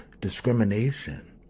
discrimination